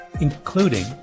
including